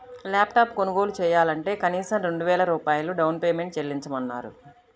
lap top కొనుగోలు చెయ్యాలంటే కనీసం రెండు వేల రూపాయలు డౌన్ పేమెంట్ చెల్లించమన్నారు